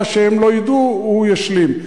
מה שהם לא ידעו, הוא ישלים.